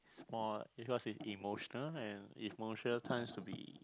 is more it was an emotional and emotional times will be